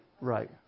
right